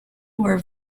were